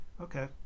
okay